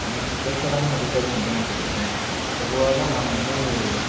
எனக்கு புகைப்படம் எடுப்பது மிகவும் பிடிக்கும் பொதுவாக நான் வந்து